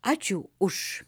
ačiū už